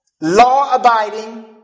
Law-abiding